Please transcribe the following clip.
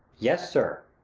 yes, sir.